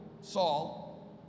Saul